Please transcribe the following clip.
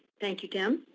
thank you, tim.